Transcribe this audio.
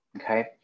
okay